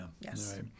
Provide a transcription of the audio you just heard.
yes